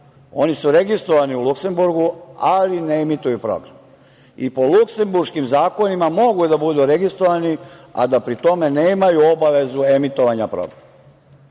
oni su registrovani u Luksemburgu, ali ne emituju program i po luksemburškim zakonima mogu da budu registrovani, a da pri tome nemaju obavezu emitovanja programa.